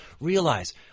Realize